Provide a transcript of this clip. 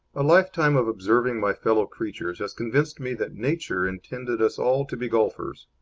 a lifetime of observing my fellow-creatures has convinced me that nature intended us all to be golfers.